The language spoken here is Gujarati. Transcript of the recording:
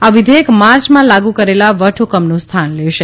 આ વિઘેયક માર્ચમાં લાગુ કરેલા વટહકમનું સ્થાન લેશે